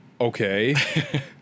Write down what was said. Okay